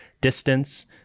distance